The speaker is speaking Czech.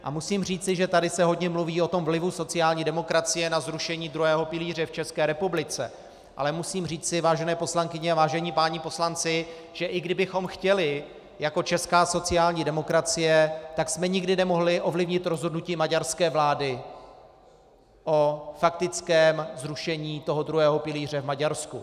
A musím říci, že tady se hodně mluví o vlivu sociální demokracie na zrušení druhého pilíře v České republice, ale musím říci, vážené poslankyně a vážení páni poslanci, že i kdybychom chtěli jako česká sociální demokracie, tak jsme nikdy nemohli ovlivnit rozhodnutí maďarské vlády o faktickém zrušení toho druhého pilíře v Maďarsku.